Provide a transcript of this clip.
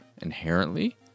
inherently